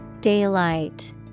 Daylight